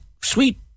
sweet